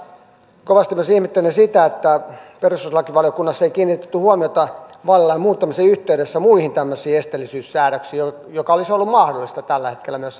kovasti myös ihmettelen sitä että perustuslakivaliokunnassa ei kiinnitetty huomiota vaalilain muuttamisen yhteydessä muihin tämmöisiin esteellisyyssäädöksiin mikä olisi ollut mahdollista tällä hetkellä myös tehdä